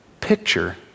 Picture